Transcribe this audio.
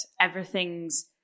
everything's